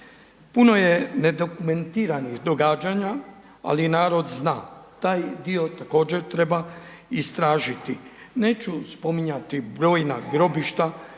Puno je nedokumentiranih događanja ali narod zna, taj dio također treba istražiti. Neću spominjati brojna grobišta,